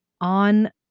on